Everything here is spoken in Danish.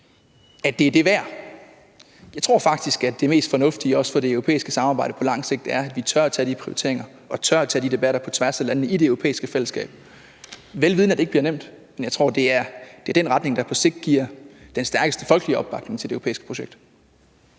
at det er det værd. Jeg tror faktisk, at det mest fornuftige på lang sigt, også for det europæiske samarbejde, er, at vi tør lave de prioriteringer og tør at tage de debatter på tværs af landene i det europæiske fællesskab, vel vidende at det ikke bliver nemt. Men jeg tror, det er dén retning, der på sigt giver den stærkeste folkelige opbakning til det europæiske projekt.